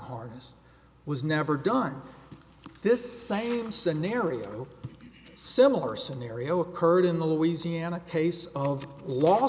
harness was never done this same scenario similar scenario occurred in the louisiana case of law